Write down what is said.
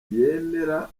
yemera